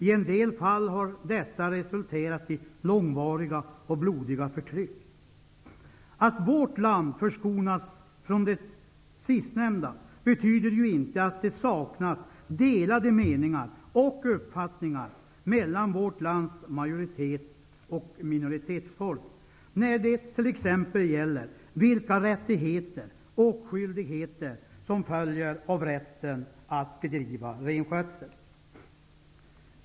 I en del fall har dessa resulterat i långvariga och blodiga förtryck. Att vårt land förskonats från det sistnämnda betyder ju inte att det saknas delade meningar och uppfattningar mellan vårt lands majoritets och minoritetsfolk när det t.ex. gäller vilka rättigheter och skyldigheter som följer av rätten att bedriva renskötsel.